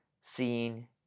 seeing